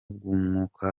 bw’umwuka